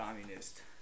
communist